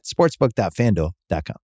sportsbook.fanduel.com